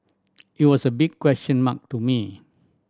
it was a big question mark to me